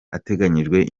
ateganyijwe